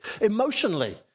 emotionally